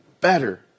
better